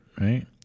right